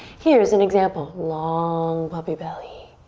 here's an example. long puppy belly.